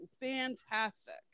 fantastic